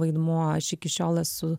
vaidmuo aš iki šiol esu